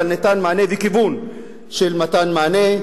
אבל ניתן מענה וכיוון של מתן מענה.